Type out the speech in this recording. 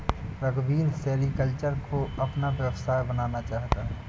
रघुवीर सेरीकल्चर को अपना व्यवसाय बनाना चाहता है